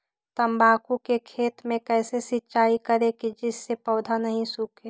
तम्बाकू के खेत मे कैसे सिंचाई करें जिस से पौधा नहीं सूखे?